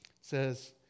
says